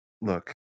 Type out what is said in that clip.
Look